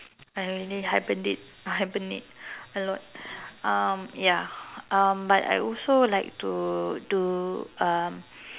I really hibernate hibernate a lot um ya um but I also like to to um